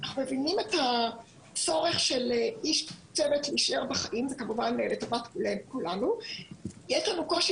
מבינים את הצורך של איש צוות להישאר בחיים אבל יש לנו קושי